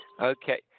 Okay